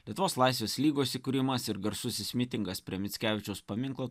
lietuvos laisvės lygos įkūrimas ir garsusis mitingas prie mickevičiaus paminklo